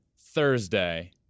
Thursday